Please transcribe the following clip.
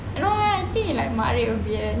no ah I think like he matrep a bit leh